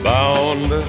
Bound